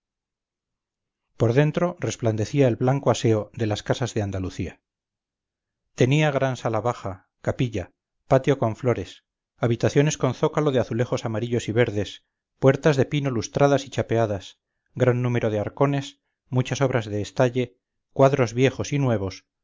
por dentro resplandecía el blanco aseo de las casas de andalucía tenía gran sala baja capilla patio con flores habitaciones con zócalo de azulejos amarillos y verdes puertas de pino lustradas y chapeadas gran número de arcones muchas obras de estalle cuadros viejos y nuevos